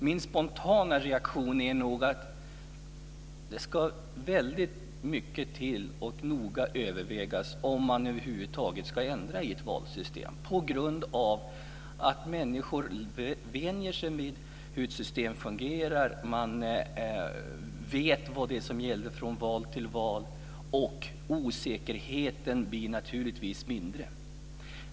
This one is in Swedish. Min spontana reaktion är nog att det ska väldigt mycket till och noga övervägas om man över huvud taget ska ändra i ett valsystem på grund av att människor vänjer sig vid hur ett system fungerar och vet vad det är som gäller från val till val och att osäkerheten naturligtvis blir mindre.